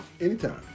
anytime